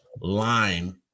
line